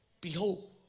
behold